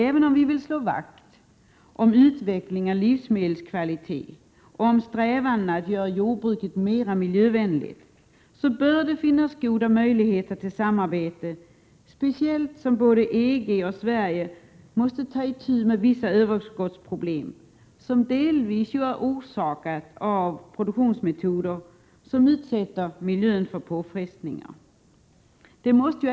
Även om vi vill slå vakt om utveckling av livsmedelskvaliteten och om strävandena att göra jordbruket mer miljövänligt bör det finnas goda möjligheter till samarbete, speciellt som både EG och Sverige måste ta itu med vissa överskottsproblem, vilka delvis orsakas av produktionsmetoder som utsätter miljön för påfrestningar.